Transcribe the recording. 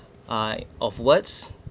I of words